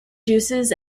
juices